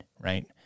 right